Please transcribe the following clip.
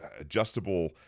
adjustable